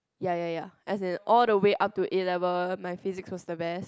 ya ya ya as in all the way up to A-level my Physics was the best